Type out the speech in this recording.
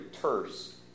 terse